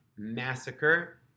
massacre